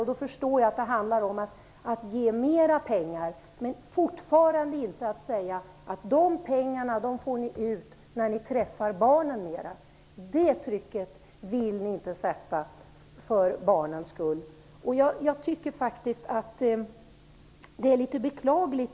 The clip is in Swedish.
Jag förstår att det handlar om att ge mer pengar. Men ni säger fortfarande inte att föräldrarna skall få ut dessa pengar när de träffar barnen mer. Det trycket vill ni inte sätta på föräldrarna för barnens skull.